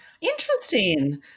Interesting